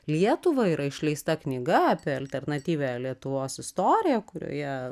lietuva yra išleista knyga apie alternatyvią lietuvos istoriją kurioje